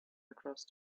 across